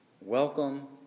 welcome